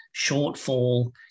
shortfall